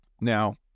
Now